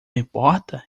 importa